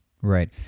Right